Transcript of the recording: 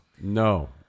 No